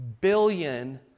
billion